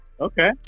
Okay